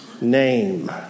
name